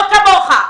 לא כמוך.